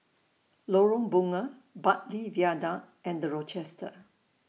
Lorong Bunga Bartley Viaduct and The Rochester